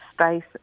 space